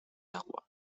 agua